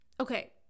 Okay